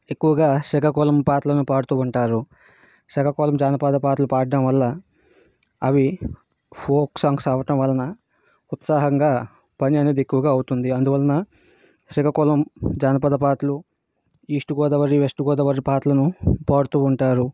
ఎక్కువగా శ్రీకాకుళం పాటలను పాడూతూ ఉంటారు శ్రీకాకుళం జానపద పాటలు పాడడం వల్ల అవి ఫోక్ సాంగ్స్ అవ్వటం వలన ఉత్సాహంగా పని అనేది ఎక్కువుగా అవుతుంది అందువలన శ్రీకకుళం జానపద పాటలు ఈస్ట్ గోదావరి వెస్ట్ గోదావరి పాటలను పాడుతూ ఉంటారు